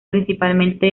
principalmente